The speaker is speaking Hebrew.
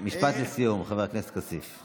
חבר הכנסת כסיף.